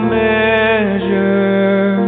measure